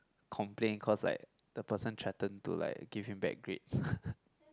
complain cause like the person threatened to like give him bad grades